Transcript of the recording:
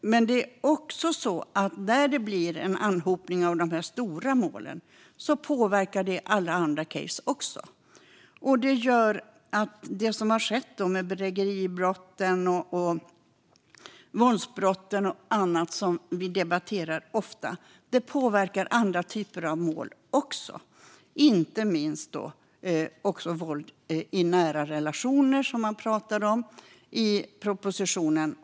När det blir en anhopning av de stora målen påverkar det också alla andra case. Det gör att det som har skett med bedrägeribrotten, våldsbrotten och annat som vi ofta debatterar också påverkar andra typer av mål. Det gäller inte minst våld i nära relationer, som man talar om i propositionen.